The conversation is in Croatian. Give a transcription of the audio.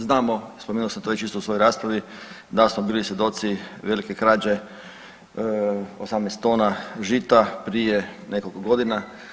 Znamo, spomenuo sam to već isto u svojoj raspravi da smo bili svjedoci velike krađe 18 tona žita prije nekoliko godina.